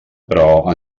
però